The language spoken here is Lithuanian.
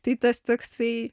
tai tas toksai